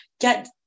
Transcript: get